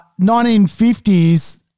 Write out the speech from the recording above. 1950s